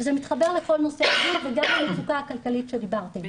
וזה מתחבר לכל נושא הדיון וגם למצוקה הכלכלית שדיברתם.